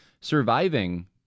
surviving